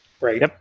Right